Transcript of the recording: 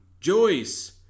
Joyce